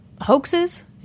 hoaxes